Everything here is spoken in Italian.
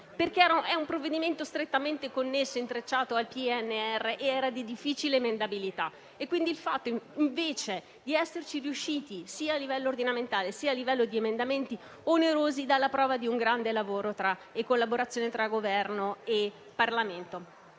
perché è strettamente connesso e intrecciato al PNRR ed era di difficile emendabilità. Il fatto invece di esserci riusciti sia a livello ordinamentale, sia a livello di emendamenti onerosi, dà la prova di un grande lavoro e di collaborazione tra Governo e Parlamento.